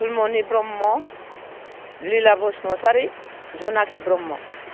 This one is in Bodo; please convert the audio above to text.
फुलमनि ब्रह्म लिला बुसुमतारी जुनाखि ब्रह्म